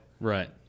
Right